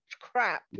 crap